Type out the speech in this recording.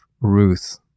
Ruth